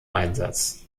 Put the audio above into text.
einsatz